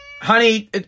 Honey